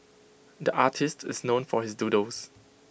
the artist is known for his doodles